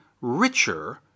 richer